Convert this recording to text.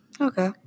Okay